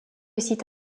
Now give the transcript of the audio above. site